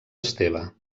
esteve